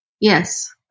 Yes